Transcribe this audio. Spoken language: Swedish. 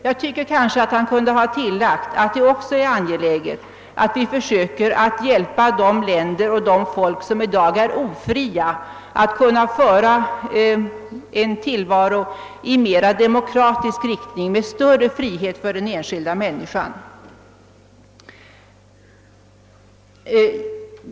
Han kunde kanske ha tillagt att det också är angeläget att vi försöker hjälpa de länder och de folk som i dag är ofria att kunna föra en tillvaro i mera demokratisk riktning och med större frihet för den enskilda människan.